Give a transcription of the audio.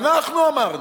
אנחנו אמרנו.